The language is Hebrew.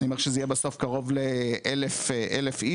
אני מעריך שזה יהיה בסוף קרוב לאלף איש